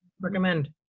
Recommend